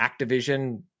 Activision